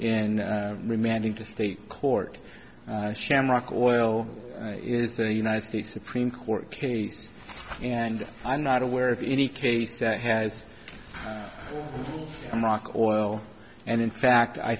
in remanding to state court shamrock oil is the united states supreme court case and i'm not aware of any case that has a mock oil and in fact i